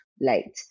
late